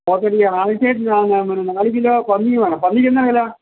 ഹോട്ടലിലേ ആവിശ്യത്തിനാണ് ഒരു മൂന്ന് നാല് കിലോ പന്നി വേണം പന്നിക്ക് എന്നാ വില